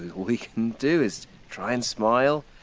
and we can do is try and smile!